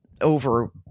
over